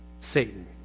Satan